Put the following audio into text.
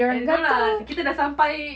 I don't know lah kita dah sampai